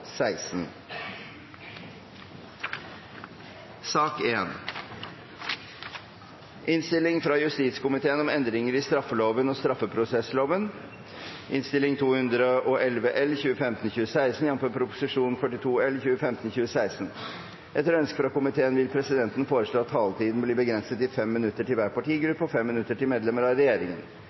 16. Etter ønske fra justiskomiteen vil presidenten foreslå at taletiden blir begrenset til 5 minutter til hver partigruppe og 5 minutter til medlemmer av regjeringen.